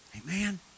Amen